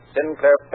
Sinclair